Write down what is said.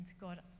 God